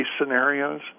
scenarios